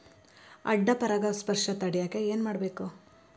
ಅಡ್ಡ ಪರಾಗಸ್ಪರ್ಶ ತಡ್ಯಾಕ ಏನ್ ಮಾಡ್ಬೇಕ್?